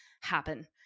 happen